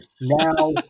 Now